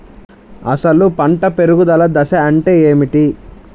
అసలు పంట పెరుగుదల దశ అంటే ఏమిటి?